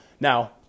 Now